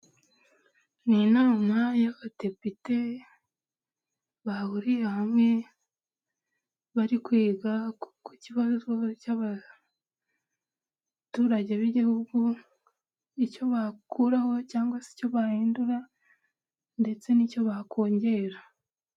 Ni inama y'abadepite bahuriye hamwe bari kwiga ku kibazo cy'abaturage, b'igihugu icyo bakuraho, cyangwa se icyo bahindura ndetse n'icyo bakongera.